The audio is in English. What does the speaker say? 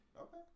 Okay